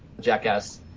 Jackass